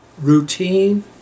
routine